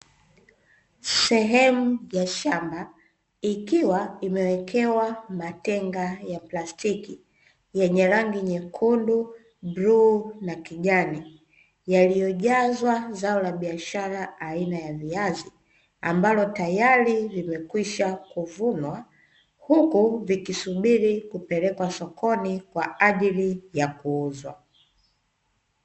Sehemu ya shamba ikiwa imewekewa matenga ya plastiki yenye rangi nyekundu, bluu na kijani; yaliyojazwa zao la biashara aina ya viazi, ambavyo tayari vimekwisha kuvunwa, huku vikisubiri kupelekwa sokoni kwa ajili ya kuuzwa.